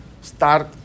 start